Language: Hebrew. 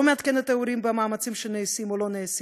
לא מעדכנת את ההורים במאמצים שנעשים או לא נעשים,